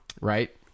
right